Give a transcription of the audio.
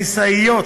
גם טניסאיות,